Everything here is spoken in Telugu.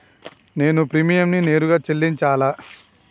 నేను ప్రీమియంని నేరుగా చెల్లించాలా?